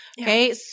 Okay